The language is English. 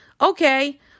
Okay